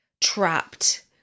trapped